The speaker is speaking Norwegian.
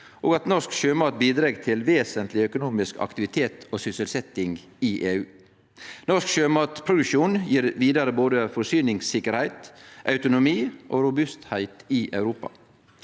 norsk sjømat bidreg til vesentleg økonomisk aktivitet og sysselsetjing i EU. Norsk sjømatproduksjon gjev vidare både forsyningssikkerheit, autonomi og robustheit i Europa.